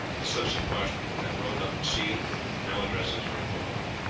the slips of parchment were then rolled up and sealed no addresses were put on.